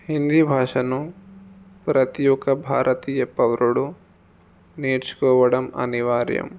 హిందీ భాషను ప్రతి ఒక్క భారతీయ పౌరుడు నేర్చుకోవడం అనివార్యము